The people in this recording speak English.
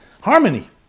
harmony